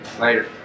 Later